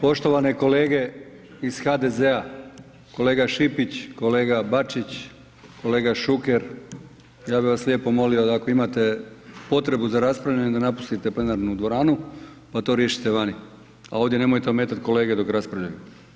Poštovane kolege iz HDZ-a, kolega Šipić, kolega Bačić, kolega Šuker ja bih vas lijepo molio da ako imate potrebu za raspravljanjem da napustite plenarnu dvoranu pa to riješite vani, a ovdje nemojte ometati kolege dok raspravljaju.